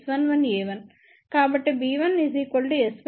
కాబట్టి b1 S11 a1 S12 a2